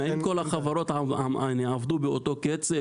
האם כל החברות עבדו באותו קצב?